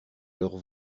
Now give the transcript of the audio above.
leurs